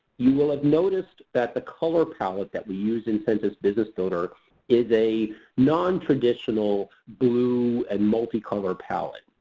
you will have noticed that the color palette that we use in census business builder is a non-traditional blue and multi-colored palette.